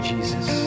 Jesus